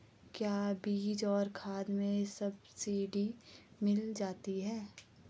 क्या बीज और खाद में सब्सिडी मिल जाती है?